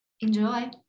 Enjoy